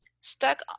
stuck